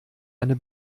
eine